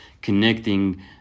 connecting